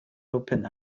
open